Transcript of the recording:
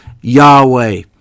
Yahweh